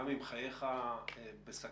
גם אם חייך בסכנה,